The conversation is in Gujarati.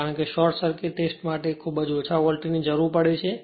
કારણ કે શોર્ટ સર્કિટ ટેસ્ટ માટે તેને ખૂબ જ ઓછા વોલ્ટેજની જરૂર પડે છે